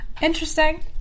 Interesting